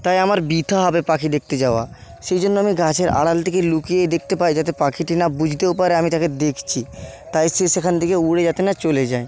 তাই আমার বৃথা হবে পাখি দেখতে যাওয়া সেই জন্য আমি গাছের আড়াল থেকে লুকিয়েই দেখতে পাই যাতে পাখিটি না বুঝতেও পারে আমি তাকে দেখছি তাই সে সেখান থেকে উড়ে যাতে না চলে যায়